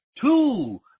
two